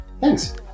Thanks